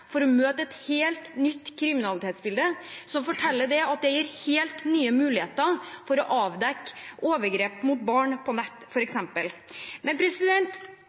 for å møte et helt nytt kriminalitetsbilde, og at det gir helt nye muligheter for å avdekke overgrep mot barn på nett,